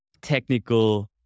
technical